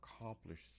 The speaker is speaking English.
accomplish